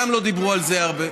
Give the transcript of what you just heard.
גם לא דיברו על זה הרבה,